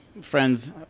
friends